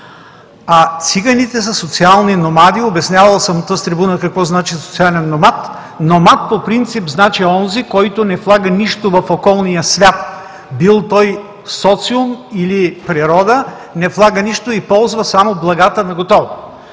а циганите са социални номади – обяснявал съм от тази трибуна какво означава „социален номад“. „Номад“ по принцип значи онзи, който не влага нищо в околния свят, бил той социум или природа, не влага нищо и ползва само благата наготово.